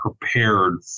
prepared